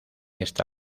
esta